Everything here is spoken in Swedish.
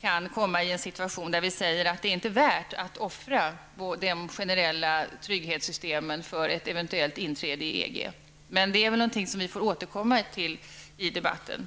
kan komma i en situation där vi säger att det inte är värt att offra de generella trygghetssystemen för ett eventuellt inträde i EG, men det är någonting som vi får återkomma till i debatten.